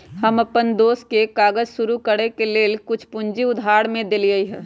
हम अप्पन दोस के काज शुरू करए के लेल कुछ पूजी उधार में देलियइ हन